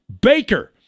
Baker